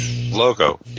logo